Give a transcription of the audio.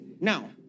Now